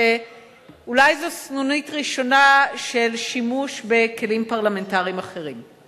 ואולי זאת סנונית ראשונה של שימוש בכלים פרלמנטריים אחרים.